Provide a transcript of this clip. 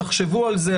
תחשבו על זה,